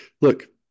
Look